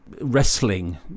Wrestling